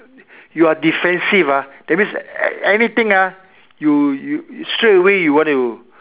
you are defensive ah that means anything ah you you straightaway you want to